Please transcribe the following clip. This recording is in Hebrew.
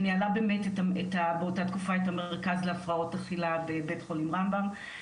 שניהלה באמת באותה תקופה את המרכז להפרעות אכילה בבית חולים רמב"ם.